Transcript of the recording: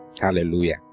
Hallelujah